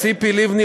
ציפי לבני,